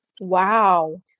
Wow